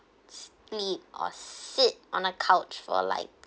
sleep or sit on a couch for like